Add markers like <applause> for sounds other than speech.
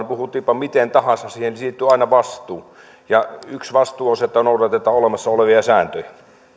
<unintelligible> puhuttiinpa miten tahansa siihen liittyy aina vastuu yksi vastuu on se että noudatetaan olemassa olevia sääntöjä